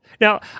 Now